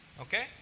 Okay